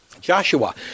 Joshua